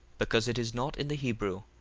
because it is not in the hebrew,